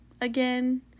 again